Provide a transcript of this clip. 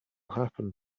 happen